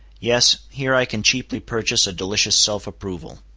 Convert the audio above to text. yes. here i can cheaply purchase a delicious self-approval.